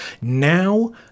now